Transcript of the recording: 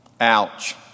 Ouch